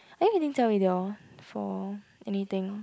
are you meeting Jia-Wei they all for anything